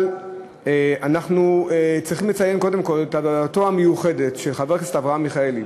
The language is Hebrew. אבל אנחנו צריכים לציין את עבודתו המיוחדת של חבר הכנסת אברהם מיכאלי.